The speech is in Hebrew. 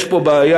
יש פה בעיה,